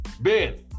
Ben